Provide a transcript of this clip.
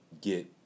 get